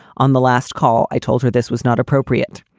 on the last call, i told her this was not appropriate.